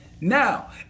now